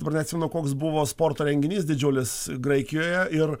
dabar neatsimenu koks buvo sporto renginys didžiulis graikijoje ir